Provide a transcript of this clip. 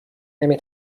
نمی